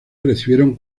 recibieron